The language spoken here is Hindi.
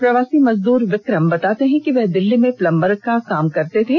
प्रवासी मजदूर विक्रम बताते हैं कि वह दिल्ली में प्लंबर का काम करते थे